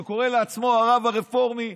שקורא לעצמו הרב הרפורמי,